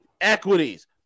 equities